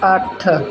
ਅੱਠ